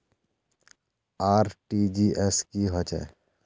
RTGS की होचए?